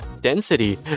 density